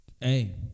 Hey